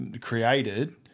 created